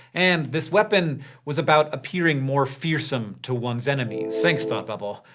and this weapon was about appearing more fearsome to one's enemies. thanks thought bubble.